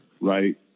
right